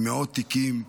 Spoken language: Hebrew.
עם מאות תיקים,